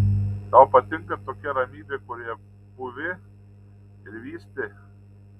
tau patinka tokia ramybė kurioje pūvi ir vysti